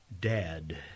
Dad